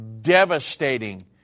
devastating